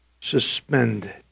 suspended